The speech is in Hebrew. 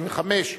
ב-16:35.